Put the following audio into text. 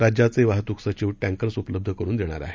राज्याचे वाहतूक सचिव टॅंकर्स उपलब्ध करुन देणार आहेत